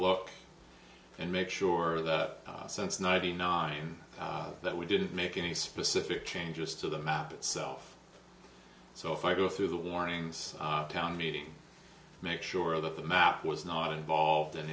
look and make sure that since ninety nine that we didn't make any specific changes to the map itself so if i go through the warnings town meeting make sure that the map was not involved in